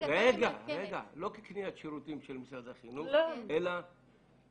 לא כקניית שירותים של משרד החינוך אלא out full.